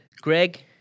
Greg